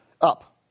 Up